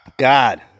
God